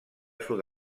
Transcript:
sud